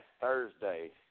Thursday